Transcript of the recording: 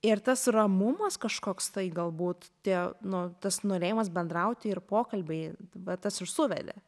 ir tas ramumas kažkoks tai galbūt tie nu tas norėjimas bendrauti ir pokalbiai va tas ir suvedė